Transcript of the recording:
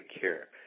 care